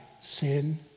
sin